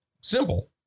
Simple